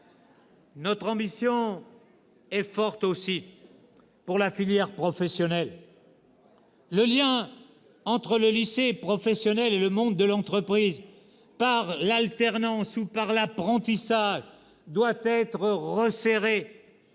Notre ambition est forte aussi pour la filière professionnelle. Le lien entre le lycée professionnel et le monde de l'entreprise, par l'alternance ou par l'apprentissage, doit être resserré.